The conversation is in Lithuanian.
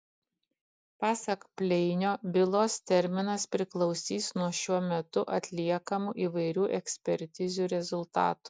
pasak pleinio bylos terminas priklausys nuo šiuo metu atliekamų įvairių ekspertizių rezultatų